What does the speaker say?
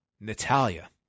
Natalia